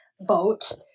vote